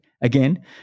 again